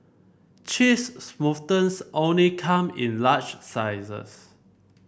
cheese smoothies only come in large sizes